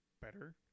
better